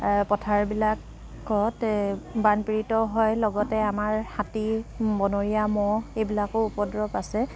পথাৰবিলাকত বান পীড়িত হয় লগতে আমাৰ হাতী বনৰীয়া ম'হ এইবিলাকো উপদ্ৰৱ আছে